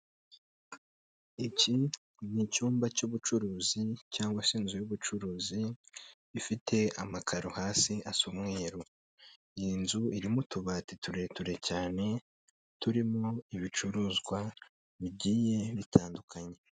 Iki ni icyumba cy'ubucuruzi cyangwa se inzu y'ubucuruzi ifite amakaro hasi asa umweru, iyi nzu irimo utubati tureture cyane turimo ibicuruzwa bigiye bitandukanye.